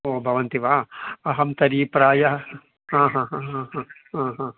ओ भवन्ति वा अहं तर्हि प्रायः हा हा हा हा हा हा हा